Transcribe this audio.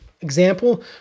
example